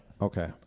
Okay